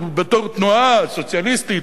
בתור תנועה סוציאליסטית,